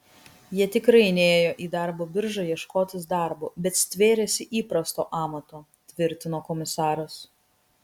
jie tikrai nėjo į darbo biržą ieškotis darbo bet stvėrėsi įprasto amato tvirtino komisaras